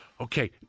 Okay